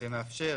ומאפשר